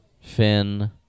Finn